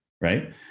right